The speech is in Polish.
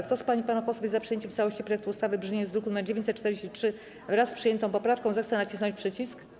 Kto z pań i panów posłów jest za przyjęciem w całości projektu ustawy w brzmieniu z druku nr 943, wraz z przyjętą poprawką, zechce nacisnąć przycisk.